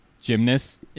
gymnast